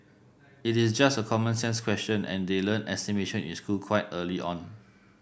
it is just a common sense question and they learn estimation in school quite early on